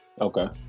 Okay